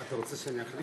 אתה רוצה שנחליף?